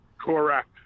Correct